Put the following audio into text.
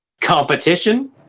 Competition